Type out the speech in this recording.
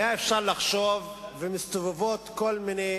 ומה שקורה במשך עשרות שנים כאן במדינה הוא שכל הזמן מנסים אותו